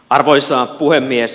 arvoisa puhemies